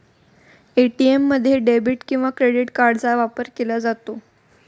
ATM मध्ये debit किंवा credit कार्डचा वापर केला जातो